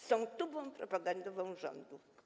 Są tubą propagandową rządu.